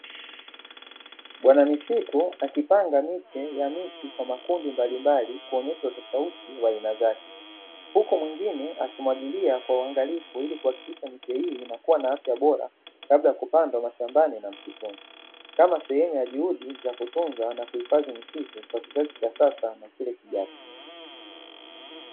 Bwana misitu akipanga miche ya miti kwa makundi mbalimbali kuonyesha utofauti wa aina zake huku mwengine akimwagilia kwa uangalifu ili kuhakikisha miche hii inakuwa na afya bora kabla ya kupandwa mashambani na msituni kama sehemu ya juhudi za kutunza na kuhifadhi misitu kwa kizazi cha sasa na kile kijacho.